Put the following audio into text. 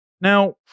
Now